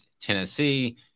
Tennessee